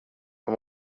jag